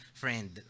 friend